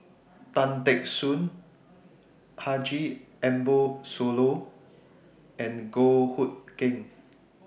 Tan Teck Soon Haji Ambo Sooloh and Goh Hood Keng